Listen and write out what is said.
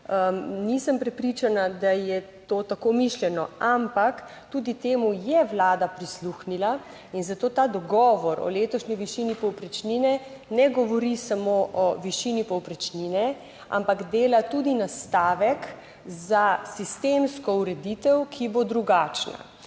nisem prepričana, da je to tako mišljeno, ampak tudi temu je Vlada prisluhnila in zato ta dogovor o letošnji višini povprečnine ne govori samo o višini povprečnine, ampak dela tudi nastavek za sistemsko ureditev, ki bo drugačna